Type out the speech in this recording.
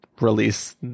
release